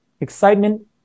Excitement